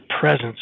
presence